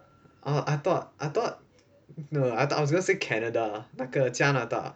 err I thought I thought no I thought I was going to say canada 那个加拿大